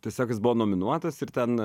tiesiog jis buvo nominuotas ir ten